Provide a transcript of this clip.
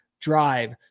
drive